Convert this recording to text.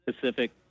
Pacific